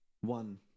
one